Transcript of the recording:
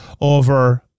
over